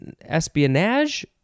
espionage